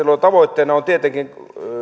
tavoitteena on tietenkin